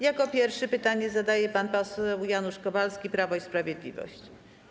Jako pierwszy pytanie zadaje pan poseł Janusz Kowalski, Prawo i Sprawiedliwość.